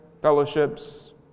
fellowships